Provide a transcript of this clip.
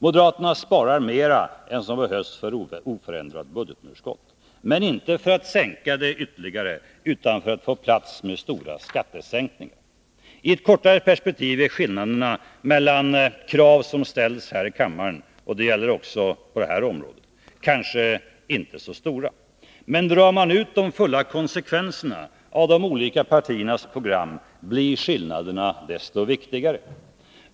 Moderaterna sparar mera än som behövs för oförändrat budgetunderskott — men inte för att sänka budgetunderskottet ytterligare, utan för att få plats för stora skattesänkningar. I ett kortare perspektiv är skillnaderna mellan krav som ställs här i kammaren -— det gäller också på detta område — kanske inte så stora. Men drar man de fulla konsekvenserna av de olika partiernas program blir skillnaderna desto viktigare.